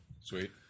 Sweet